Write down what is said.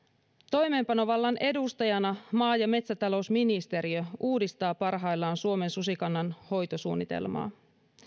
toimeenpanovallan edustajana maa ja metsätalousministeriö uudistaa parhaillaan suomen susikannan hoitosuunnitelmaa